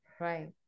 Right